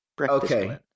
Okay